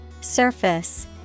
Surface